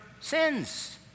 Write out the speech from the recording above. sins